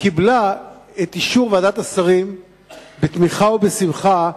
קיבלה את אישור ועדת השרים בתמיכה ובשמחה,